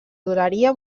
duraria